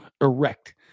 erect